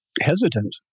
hesitant